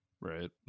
Right